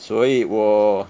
所以我